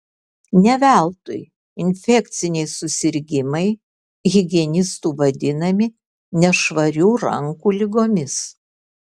ne veltui infekciniai susirgimai higienistų vadinami nešvarių rankų ligomis